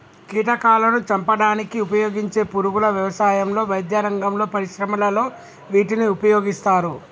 కీటకాలాను చంపడానికి ఉపయోగించే పురుగుల వ్యవసాయంలో, వైద్యరంగంలో, పరిశ్రమలలో వీటిని ఉపయోగిస్తారు